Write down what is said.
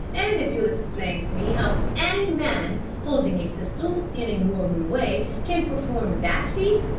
and if you'll explain to me how any man, holding a pistol in a normal way, can perform that feat,